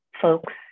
folks